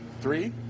three